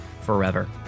forever